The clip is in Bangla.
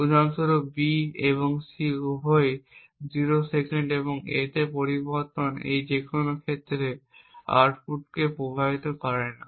উদাহরণ স্বরূপ B এবং C উভয়ই 0 সেকেন্ড A তে পরিবর্তন এই যেকোনও ক্ষেত্রে আউটপুটকে প্রভাবিত করে না